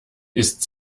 ist